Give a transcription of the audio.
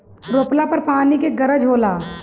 रोपला पर पानी के गरज होला